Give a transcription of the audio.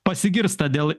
pasigirsta dėl